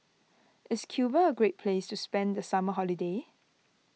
Is Cuba a great place to spend the summer holiday